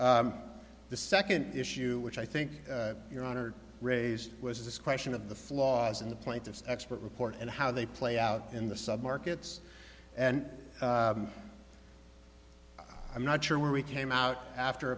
the second issue which i think your honor raised was this question of the flaws in the plaintiff's expert report and how they play out in the sub markets and i'm not sure where we came out after